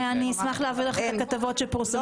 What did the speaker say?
אני אשמח להעביר אליך את הכתבות שפורסמו.